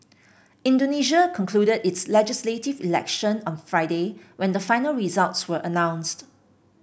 Indonesia concluded its legislative election on Friday when the final results were announced